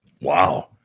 Wow